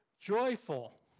joyful